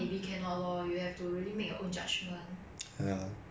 nowadays social media is quite